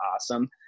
awesome